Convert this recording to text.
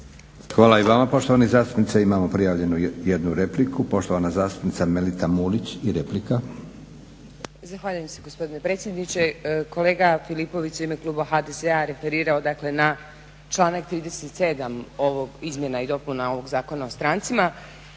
Hvala i vama poštovani zastupniče. Imamo prijavljenu jednu repliku. Poštovana zastupnica Melita Mulić i replika. **Mulić, Melita (SDP)** Zahvaljujem se gospodine predsjedniče. Kolega Filipović se u ime kluba HDZ-a referirao dakle na članak 37. izmjena i dopuna ovog Zakona o strancima.